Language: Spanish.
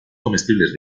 comestibles